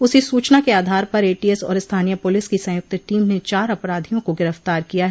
उसी सूचना के आधार पर एटीएस और स्थानीय पुलिस की संयुक्त टीम ने चार अपराधियों को गिरफ्तार किया है